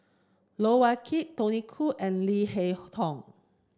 Loh Wai Kiew Tony Khoo and Leo Hee Tong